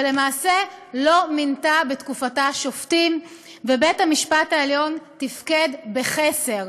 ולמעשה לא מינתה בתקופתה שופטים ובית-המשפט העליון תפקד בחסר.